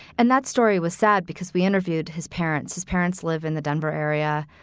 and that story was sad because we interviewed his parents, his parents live in the denver area.